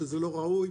שזה לא ראוי.